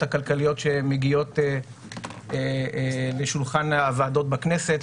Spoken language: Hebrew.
הכלכליות שמגיעות לשולחן הוועדות בכנסת,